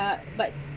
ya but